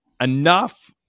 enough